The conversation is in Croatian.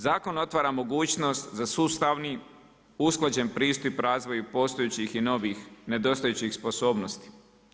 Zakon otvara mogućnost za sustavni, usklađen pristup razvoju postojećih i novih nedostajućih sposobnosti.